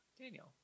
daniel